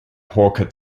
hawker